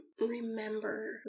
remember